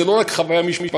זו לא רק חוויה משפחתית.